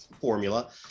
formula